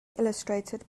illustrated